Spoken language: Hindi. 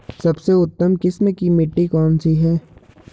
सबसे उत्तम किस्म की मिट्टी कौन सी है?